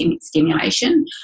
stimulation